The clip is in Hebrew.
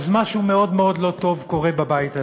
אז משהו מאוד מאוד לא טוב קורה בבית הזה.